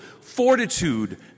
fortitude